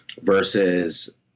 versus